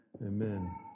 Amen